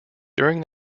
during